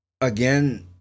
Again